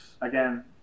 again